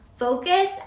focus